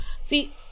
See